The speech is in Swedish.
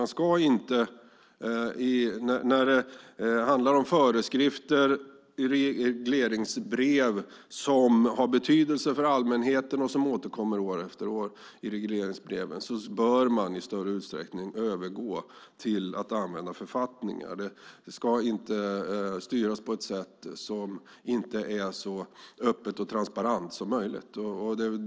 När det handlar om föreskrifter i regleringsbrev som har betydelse för allmänheten och återkommer år efter år bör man i större utsträckning använda författningar. Det ska inte styras på ett sätt som inte är så öppet och transparent som möjligt.